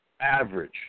Average